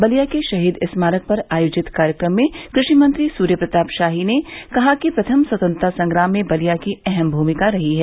बलिया के शहीद स्मारक पर आयोजित कार्यक्रम में कृषि मंत्री सूर्य प्रताप शाही ने कहा कि प्रथम स्वतंत्रता संग्राम में बलिया की अहम भूमिका रही है